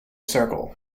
circle